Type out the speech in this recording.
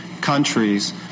countries